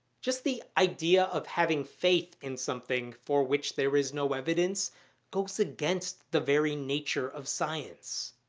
just the idea of having faith in something for which there is no evidence goes against the very nature of science.